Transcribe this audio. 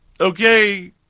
Okay